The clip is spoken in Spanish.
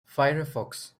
firefox